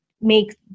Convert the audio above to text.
make